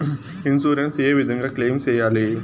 Insurance ఏ విధంగా claim సేయాలి?